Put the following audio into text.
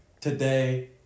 today